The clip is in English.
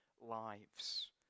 lives